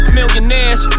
Millionaires